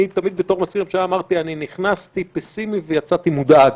תמיד בתור מזכיר ממשלה אמרתי שאני נכנסתי פסימי ויצאתי מודאג,